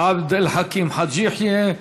עבד אל חכים חאג' יחיא.